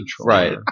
right